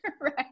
Right